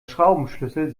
schraubenschlüssel